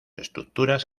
estructuras